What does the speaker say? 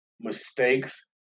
mistakes